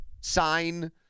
sign